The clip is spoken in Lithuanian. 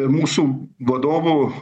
mūsų vadovų